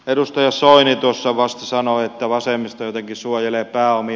edustaja soini tuossa vasta sanoi että vasemmisto jotenkin suojelee pääomia